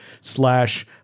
slash